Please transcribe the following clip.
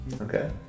Okay